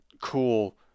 cool